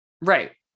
Right